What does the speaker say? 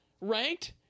ranked